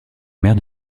mère